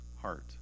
heart